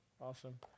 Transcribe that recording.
Awesome